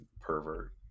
Pervert